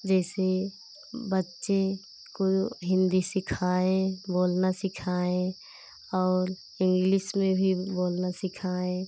जैसे बच्चे को हिन्दी सिखाए बोलना सिखाए और इंग्लिश में भी बोलना सिखाएं